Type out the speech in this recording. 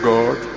God